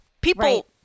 People